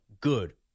good